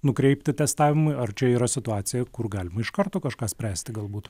nukreipti testavimui ar čia yra situaciją kur galima iš karto kažką spręsti galbūt